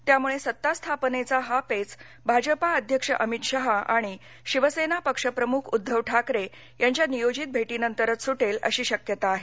त्यामुळे सत्ता स्थापनेचा हा पेच भाजपा अध्यक्ष अमित शहा आणि शिवसेना पक्ष प्रमुख उद्धव ठाकरे यांच्या नियोजित भेटीनंतरच सुटेल अशी शक्यता आहे